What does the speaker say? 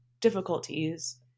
difficulties